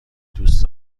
دوست